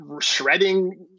shredding